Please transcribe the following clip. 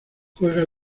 juega